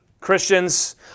Christians